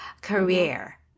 career